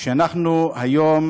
שאנחנו היום